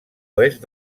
oest